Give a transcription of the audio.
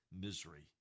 misery